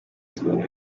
tubona